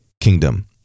kingdom